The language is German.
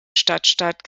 stadtstaat